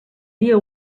dia